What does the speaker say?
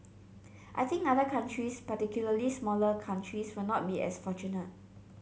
I think other countries particularly smaller countries will not be as fortunate